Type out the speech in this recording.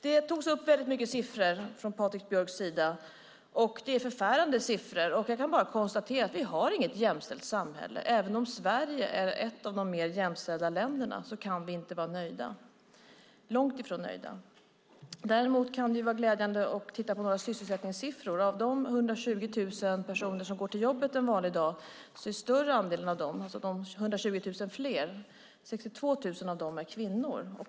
Det togs upp väldigt mycket siffror från Patrik Björcks sida. Det är förfärande siffror. Jag kan bara konstatera att vi inte har något jämställt samhälle. Även om Sverige är ett av de mer jämställda länderna kan vi vara långt ifrån nöjda. Däremot kan det vara glädjande att titta på några sysselsättningssiffror. Av de 120 000 personer fler som går till jobbet en vanlig dag är 62 000 kvinnor.